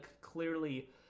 clearly